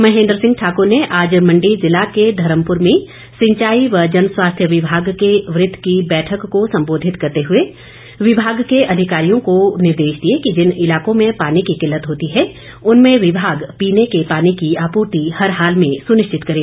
महेंद्र सिंह ठाक्र ने आज मंडी ज़िला के धर्मपुर में सिंचाई व जनस्वास्थ्य विभाग के वृत की बैठक को संबोधित करते हुए विभाग के अधिकारियों को निर्देश दिए कि जिन इलाकों में पानी की किल्लत होती है उनमें विभाग पीने के पानी की आपूर्ति हर हाल में सुनिश्चित करें